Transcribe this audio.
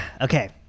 Okay